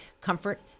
comfort